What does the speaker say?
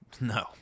No